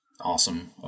awesome